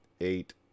eight